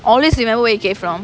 always remember where you came from